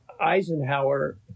Eisenhower